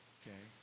okay